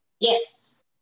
yes